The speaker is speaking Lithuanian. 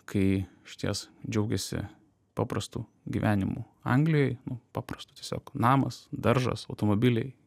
kai išties džiaugėsi paprastu gyvenimu anglijoj paprastu tiesiog namas daržas automobiliai